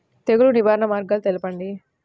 తెగులు నివారణ మార్గాలు తెలపండి?